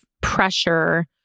pressure